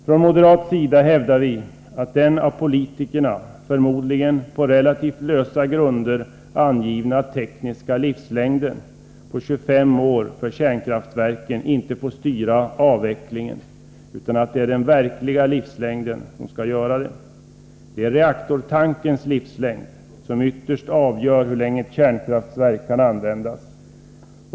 Från moderat sida hävdar vi att den av politikerna, förmodligen på relativt lösa grunder, angivna tekniska livslängden 25 år för kärnkraftverken inte får styra avvecklingen utan att det är den verkliga livslängden som skall göra det. Det är reaktortankens livslängd som ytterst avgör hur länge ett kärnkraftverk kan användas.